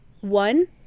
one